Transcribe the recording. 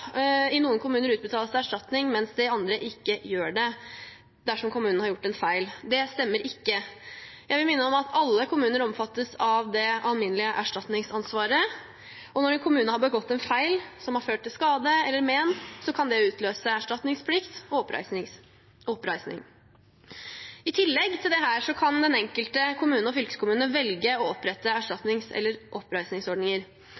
ikke gjør det. Det stemmer ikke. Jeg vil minne om at alle kommuner omfattes av det alminnelige erstatningsansvaret, og at når en kommune har begått en feil som har ført til skade eller men, kan det utløse erstatningsplikt og oppreisning. I tillegg til dette kan den enkelte kommune og fylkeskommune velge å opprette